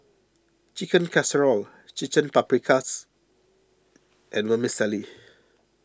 Chicken Casserole Paprikas and Vermicelli